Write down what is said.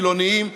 חילונים,